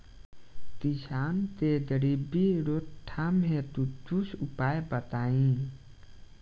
किसान के गरीबी रोकथाम हेतु कुछ उपाय बताई?